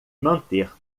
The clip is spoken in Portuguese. manter